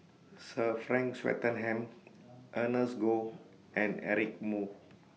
Sir Frank Swettenham Ernest Goh and Eric Moo